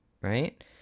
right